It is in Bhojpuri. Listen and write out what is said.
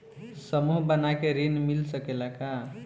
समूह बना के ऋण मिल सकेला का?